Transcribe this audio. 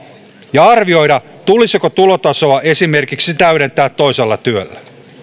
ja arvioida tulisiko tulotasoa esimerkiksi täydentää toisella työllä